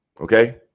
okay